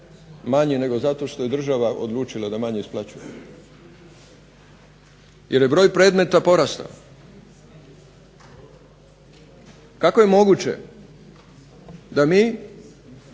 manji nego zato što je država odlučila da manje isplaćuje jer je broj predmeta porastao. Kako je moguće da mi